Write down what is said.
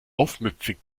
aufmüpfig